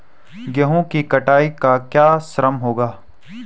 गेहूँ की कटाई का क्या श्रम होगा?